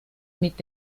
mit